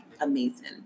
amazing